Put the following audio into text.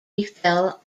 befell